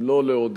אם לא לעודד,